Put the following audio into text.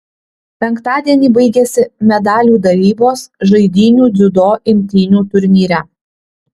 penktadienį baigėsi medalių dalybos žaidynių dziudo imtynių turnyre